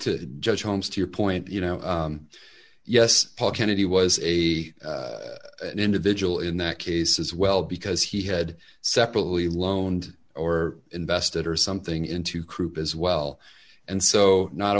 to judge holmes to your point you know yes paul kennedy was a an individual in that case as well because he had separately loaned or invested or something into croup as well and so not